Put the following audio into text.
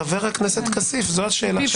חבר הכנסת כסיף, זו השאלה שלך.